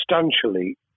substantially